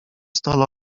stole